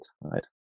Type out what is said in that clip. right